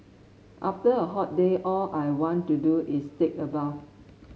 after a hot day all I want to do is take a bath